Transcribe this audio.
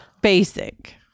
Basic